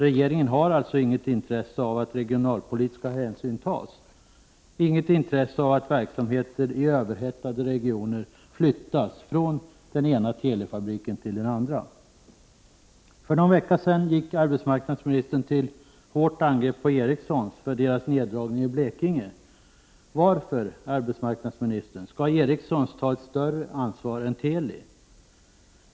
Regeringen har alltså inget intresse av att regionalpolitiska hänsyn tas och inget intresse av att verksamheter i överhettade regioner flyttas från den ena Telifabriken till den andra. För någon vecka sedan gick arbetsmarknadsministern till hårt angrepp på Ericsson för deras neddragning i Blekinge. Men varför, arbetsmarknadsministern, skall Ericsson ta ett större ansvar än Teli?